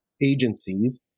agencies